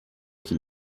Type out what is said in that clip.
que